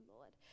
Lord